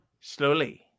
Slowly